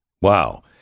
Wow